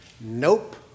nope